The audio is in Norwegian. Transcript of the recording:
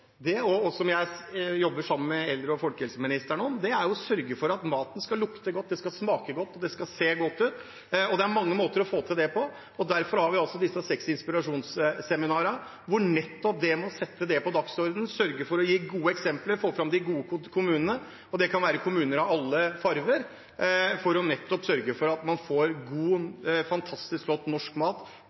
og som jeg jobber sammen med eldre- og folkehelseministeren om, er å sørge for at maten skal lukte godt, smake godt og se god ut. Det er mange måter å få til det på, derfor har vi altså disse seks inspirasjonsseminarene, nettopp for å sette dette på dagsordenen: sørge for å gi gode eksempler, få fram de gode kommunene – og det kan være kommuner av alle farger – og sørge for at man får god, fantastisk, flott norsk mat